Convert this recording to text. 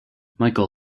michael